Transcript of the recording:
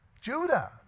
Judah